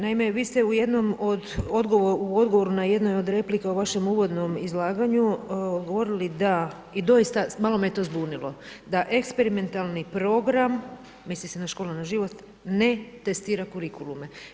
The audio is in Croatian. Naime, vi ste u jednom u odgovoru na jedno od replika u vašem uvodnom izlaganju govorili da, i doista malo me je to zbunilo, da eksperimentalni program, misli se na školu na život, ne testira kurikulume.